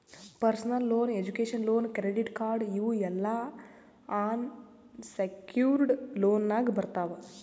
personal loan, education loan, credit card ಇವ್ ಎಲ್ಲಾ unsecured ಲೋನ್ನಾಗ್ ಬರ್ತಾವ್